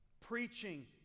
Preaching